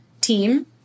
team